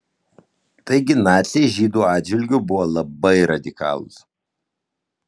taigi naciai žydų atžvilgiu buvo labai radikalūs